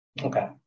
Okay